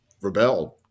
rebelled